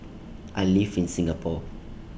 I live in Singapore